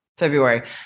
February